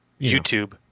YouTube